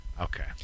Okay